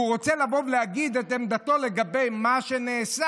והוא רוצה לבוא ולהגיד את עמדתו לגבי מה שנעשה.